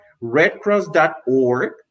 redcross.org